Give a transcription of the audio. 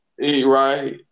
right